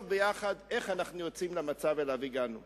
יחד איך אנחנו יוצאים מהמצב שהגענו אליו.